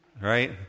Right